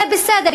זה בסדר.